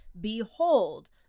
Behold